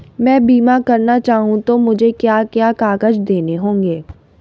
मैं बीमा करना चाहूं तो मुझे क्या क्या कागज़ देने होंगे?